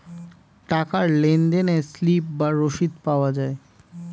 টাকার লেনদেনে স্লিপ বা রসিদ পাওয়া যায়